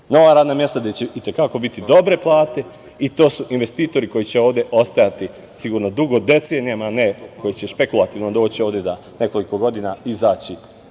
nova radna mesta gde će i te kako biti dobre plate. To su investitori koji će ovde ostajati sigurno dugo, decenijama, ne koje će špekulativno doći ovde da nekoliko godina